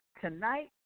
tonight